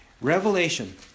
Revelation